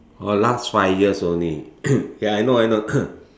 oh last five years only ya I know I know